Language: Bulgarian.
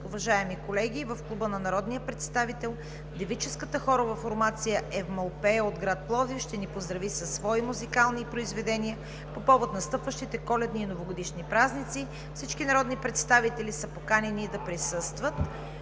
Уважаеми колеги, в Клуба на народния представител девическата хорова формация „Евмолпея“ от град Пловдив ще ни поздрави със свои музикални произведения по повод настъпващите коледни и новогодишни празници. Всички народни представители са поканени да присъстват.